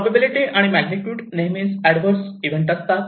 probability आणि magnitude नेहमी adverse event असतात